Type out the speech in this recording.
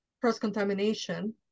cross-contamination